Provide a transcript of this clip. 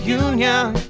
union